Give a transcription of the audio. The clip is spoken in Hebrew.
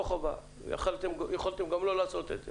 לא חובה, יכולתם גם לא לעשות את זה.